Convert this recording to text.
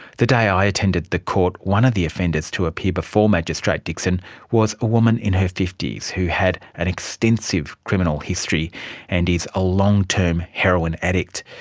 the day i attended court, one of the offenders to appear before magistrate dixon was a woman in her fifty s who had an extensive criminal history and is a long term heroin addict.